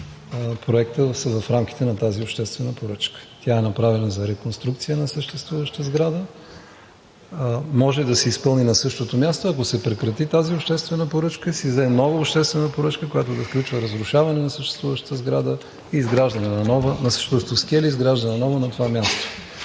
проектът в рамките на тази обществена поръчка. Тя е направена за реконструкция на съществуващата сграда. Може да се изпълни на същото място, ако се прекрати тази обществена поръчка и се издаде нова обществена поръчка, която да включва разрушаване на съществуващото скеле и изграждане на ново на това място.